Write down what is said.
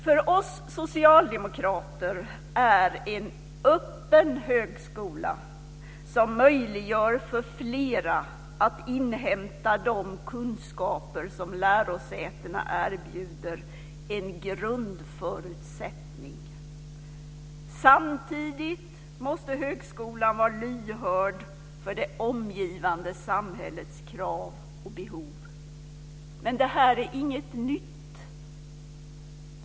För oss socialdemokrater är en öppen högskola, som möjliggör för fler att inhämta de kunskaper som lärosätena erbjuder, en grundförutsättning. Samtidigt måste högskolan vara lyhörd för det omgivande samhällets krav och behov. Men det här är inget nytt.